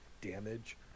damage